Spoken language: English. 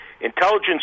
intelligence